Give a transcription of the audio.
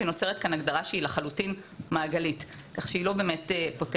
ונוצרת כאן הגדרה שהיא לחלוטין מעגלית כך שהיא לא באמת פותרת.